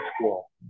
school